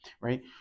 right